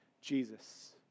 Jesus